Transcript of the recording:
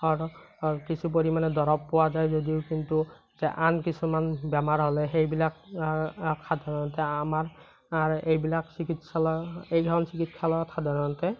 কিছু পৰিমাণে দৰৱ পোৱা যায় যদিও কিন্তু আন কিছুমান বেমাৰ হ'লে সেইবিলাক সাধাৰণতে আমাৰ এইবিলাক চিকিৎসালয়ত এইবিলাক চিকিৎসালয়ত সাধাৰণতে